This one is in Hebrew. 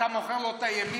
אתה מוכר לו את הימין.